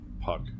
Puck